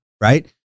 right